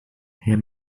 herr